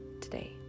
today